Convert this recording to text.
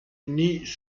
unis